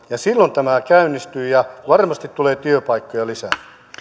ja silloin tämä käynnistyy ja varmasti tulee työpaikkoja lisää